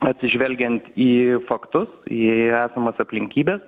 atsižvelgiant į faktus į esamas aplinkybes